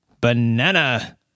Banana